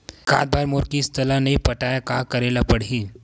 एकात बार मोर किस्त ला नई पटाय का करे ला पड़ही?